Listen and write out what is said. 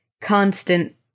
constant